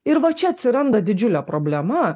ir va čia atsiranda didžiulė problema